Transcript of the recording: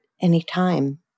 anytime